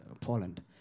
Poland